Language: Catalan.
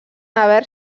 haver